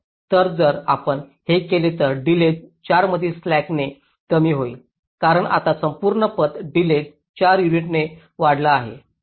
तर जर आपण हे केले तर डिलेज 4 मधील स्लॅक 4 ने कमी होईल कारण आता संपूर्ण पथ डिलेज 4 युनिट्सने वाढला आहे